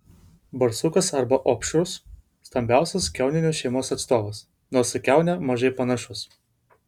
barsukas arba opšrus stambiausias kiauninių šeimos atstovas nors į kiaunę mažai panašus